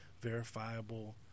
verifiable